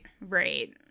Right